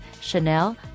Chanel